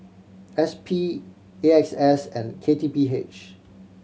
S P A X S and K T P H